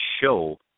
show